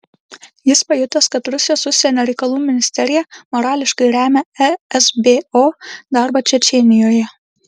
jis pajutęs kad rusijos užsienio reikalų ministerija morališkai remia esbo darbą čečėnijoje